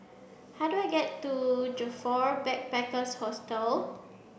how do I get to Joyfor Backpackers' Hostel